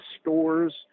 stores